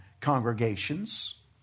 congregations